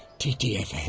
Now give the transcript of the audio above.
ttfn.